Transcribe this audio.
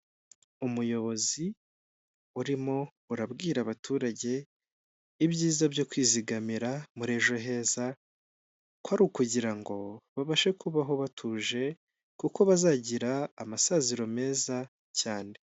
Umuyobozi urimo urabwira abaturage ibyiza byo kwizigamira mu ejo heza, kwari ukugira ngo babashe kubaho batuje kuko bazagira amasaziro meza cyane.